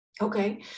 Okay